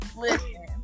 listen